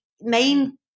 main